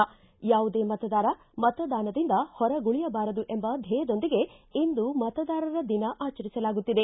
ಯಾವುದೇ ಮತದಾರ ಮತದಾನದಿಂದ ಹೊರಗುಳಿಯಬಾರದು ಎಂಬ ಧ್ವೇಯದೊಂದಿಗೆ ಇಂದು ಮತದಾರರ ದಿನ ಆಚರಿಸಲಾಗುತ್ತಿದೆ